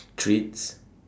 treats